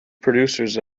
producers